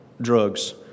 drugs